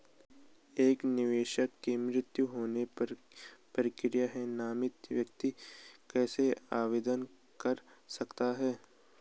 एक निवेशक के मृत्यु होने पर क्या प्रक्रिया है नामित व्यक्ति कैसे आवेदन कर सकता है?